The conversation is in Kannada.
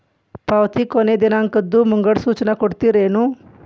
ಪಾವತಿ ಕೊನೆ ದಿನಾಂಕದ್ದು ಮುಂಗಡ ಸೂಚನಾ ಕೊಡ್ತೇರೇನು?